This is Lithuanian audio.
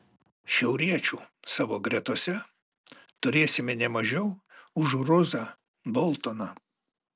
šiauriečių savo gretose turėsime ne mažiau už ruzą boltoną